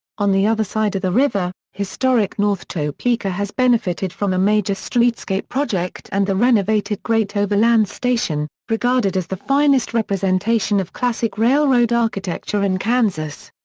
on the other side of the river, historic north topeka has benefited from a major streetscape project and the renovated great overland station, regarded as the finest representation of classic railroad architecture in kansas.